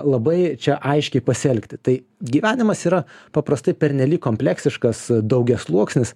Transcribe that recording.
labai čia aiškiai pasielgti tai gyvenimas yra paprastai pernelyg kompleksiškas daugiasluoksnis